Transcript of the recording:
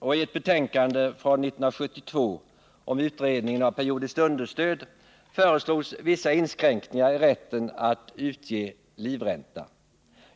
I ett betänkande från 1972 om utredningen av periodiskt understöd föreslogs vissa inskränkningar i rätten att utge livränta.